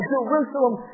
Jerusalem